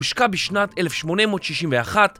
הושקע בשנת 1861